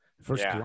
first